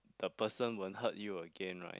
the person won't hurt you again right